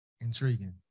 Intriguing